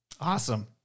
Awesome